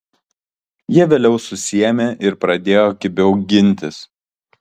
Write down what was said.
jie vėliau susiėmė ir pradėjo kibiau gintis